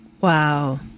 wow